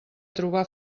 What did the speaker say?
trobar